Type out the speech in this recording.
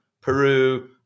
Peru